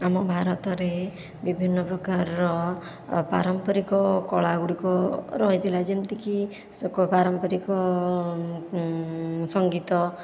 ଆମ ଭାରତରେ ବିଭିନ୍ନ ପ୍ରକାରର ପାରମ୍ପାରିକ କଳା ଗୁଡ଼ିକ ରହିଥିଲା ଯେମିତିକି ପାରମ୍ପାରିକ ସଂଗୀତ